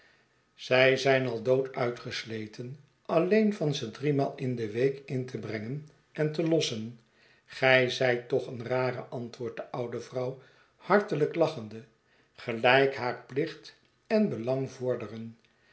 zij zijn al dood uitgesleten alleen van ze driemaal in de week in te brengen en te lossen gij zijt toch een rare i antwoordt de oude vrouw hartelijk lachende gelijk haar plicht en belang vorderen